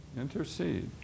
intercede